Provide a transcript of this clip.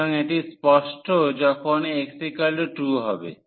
সুতরাং এটি স্পষ্ট যখন x 1 হবে